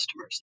customers